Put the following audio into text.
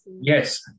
Yes